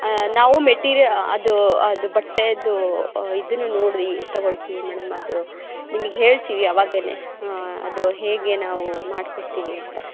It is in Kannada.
ನಾವು ಮೆಟೀರಿಯ ಅದು ಅದು ಬಟ್ಟೆಯದು ಇದು ನೋಡಿ ತಗೊಳ್ತೀವಿ ಮೇಡಂ ಅದು ನಿಮಗ್ ಹೇಳ್ತೀವಿ ಅವಾಗೇ ಅದು ಹೇಗೆ ನಾವು ಮಾಡಿ ಕೊಡ್ತೀವಿ ಅಂತ